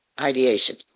ideation